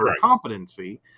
competency